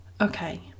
Okay